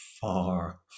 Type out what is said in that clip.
far